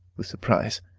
with surprise.